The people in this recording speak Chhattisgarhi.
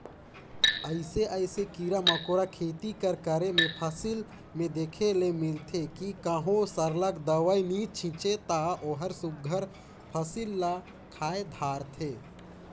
अइसे अइसे कीरा मकोरा खेती कर करे में फसिल में देखे ले मिलथे कि कहों सरलग दवई नी छींचे ता ओहर सुग्घर फसिल ल खाए धारथे